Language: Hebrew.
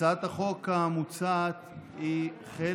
הצעת החוק המוצעת היא חלק